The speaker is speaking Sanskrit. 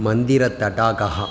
मन्दिरतडागः